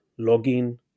login